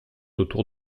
autour